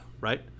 Right